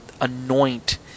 anoint